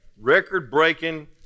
record-breaking